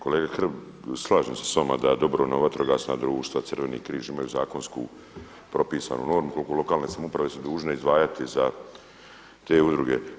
Kolega Hrg, slažem se s vama da dobrovoljna vatrogasna društva, Crveni križ imaju zakonsku propisanu normu koliko lokalne samouprave su dužne izdvajati za te udruge.